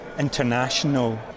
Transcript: international